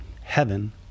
heaven